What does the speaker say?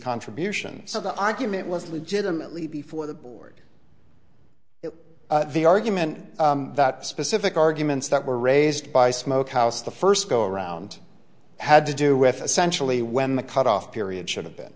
contributions so the argument was legitimately before the board the argument that specific arguments that were raised by smokehouse the first go around had to do with essential e when the cut off period should have been